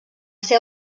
ser